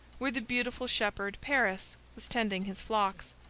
where the beautiful shepherd paris was tending his flocks,